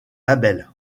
label